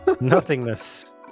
nothingness